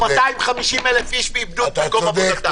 250,000 איש איבדו את מקום עבודתם.